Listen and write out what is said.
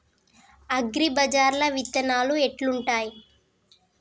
అగ్రిబజార్ల విత్తనాలు ఎట్లుంటయ్?